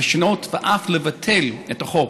לשנות ואף לבטל את החוק.